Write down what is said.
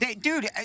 Dude